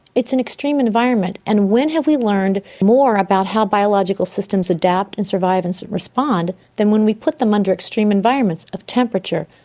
it's an extreme environment, and when have we learned more about how biological systems adapt and survive and respond than when we put them under extreme environments of temperature,